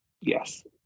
Yes